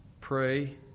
pray